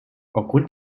aufgrund